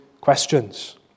questions